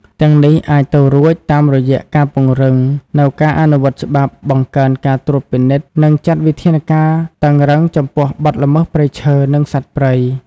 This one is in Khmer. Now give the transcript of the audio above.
ទាំងនេះអាចទៅរួច តាមរយៈការពង្រឹងនៅការអនុវត្តច្បាប់ បង្កើនការត្រួតពិនិត្យ និងចាត់វិធានការតឹងរ៉ឹងចំពោះបទល្មើសព្រៃឈើ និងសត្វព្រៃ។